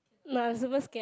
nah I'm super scared